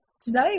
Today